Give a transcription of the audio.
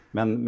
Men